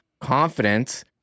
confidence